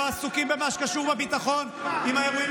ולא עסוקים במה שקשור בביטחון עם האירועים